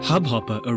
Hubhopper